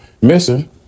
missing